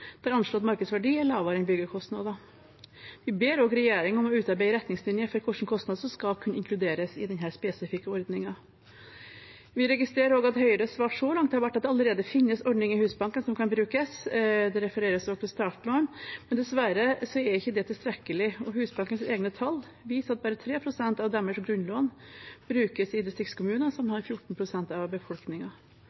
anslått markedsverdi er lavere enn byggekostnadene. Vi ber også regjeringen om å utarbeide retningslinjer for hvilke kostnader som skal kunne inkluderes i denne spesifikke ordningen. Vi registrerer at Høyres svar så langt har vært at det allerede finnes ordninger i Husbanken som kan brukes. Det refereres til startlån, men dessverre er ikke det tilstrekkelig. Husbankens egne tall viser at bare 3 pst. av deres grunnlån brukes i distriktskommuner, som